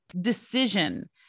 decision